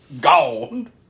gone